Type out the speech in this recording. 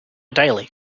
daily